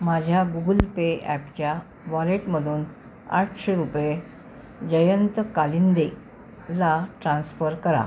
माझ्या Google Pay ॲपच्या वॉलेटमधून आठशे रुपये जयंत कालिंदेला ट्रान्स्फर करा